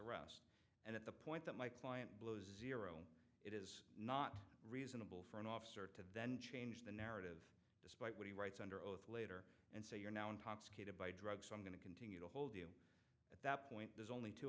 arrest and at the point that my client below zero is not reasonable for an officer to then change the narrative despite what he writes under oath later and say you're now intoxicated by drugs i'm going to continue to hold you at that point there's only two